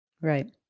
Right